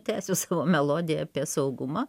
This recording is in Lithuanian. tęsiu savo melodiją apie saugumą